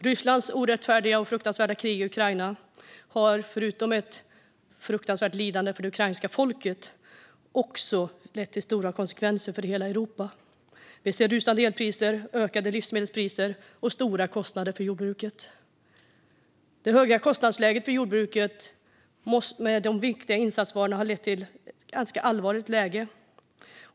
Rysslands orättfärdiga och fruktansvärda krig i Ukraina har, förutom ett fruktansvärt lidande för det ukrainska folket, lett till stora konsekvenser för hela Europa. Vi ser rusande elpriser, ökade livsmedelspriser och stora kostnader för jordbruket. Det höga kostnadsläget för jordbruket gällande de viktiga insatsvarorna har lett till ett ganska allvarligt läge.